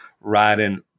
riding